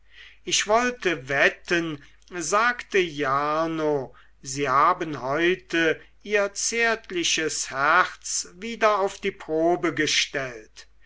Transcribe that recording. ich wollte wetten sagte jarno sie haben heute ihr zärtliches herz wieder auf die probe gestellt